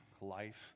life